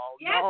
Yes